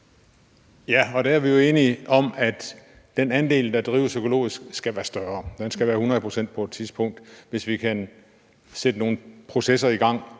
Ja, og der er vi jo enige om, at den andel, der drives økologisk, skal være større. Den skal være 100 pct. på et tidspunkt, som skal nås ved at sætte nogle processer i gang,